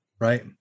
Right